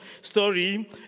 story